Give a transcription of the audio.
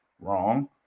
Wrong